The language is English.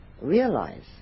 realize